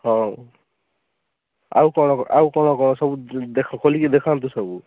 ହଉ ଆଉ କ'ଣ ଆଉ କ'ଣ କ'ଣ ସବୁ ଦେଖ ଖୋଲିକି ଦେଖାନ୍ତୁ ସବୁ